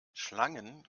schlangen